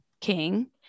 king